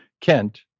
Kent